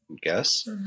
guess